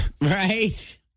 Right